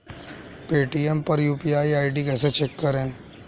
Paytm पर UPI ID कैसे check करें?